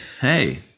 hey